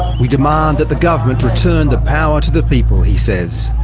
we demand that the government return the power to the people he says.